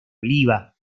oliva